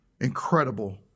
incredible